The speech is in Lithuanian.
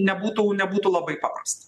nebūtų nebūtų labai paprasta